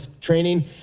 training